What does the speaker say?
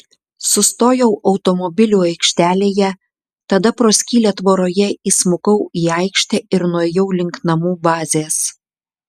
sustojau automobilių aikštelėje tada pro skylę tvoroje įsmukau į aikštę ir nuėjau link namų bazės